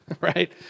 right